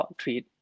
treat